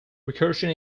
recursion